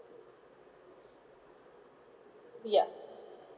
yup